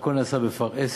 הכול נעשה בפרהסיה,